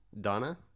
donna